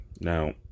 Now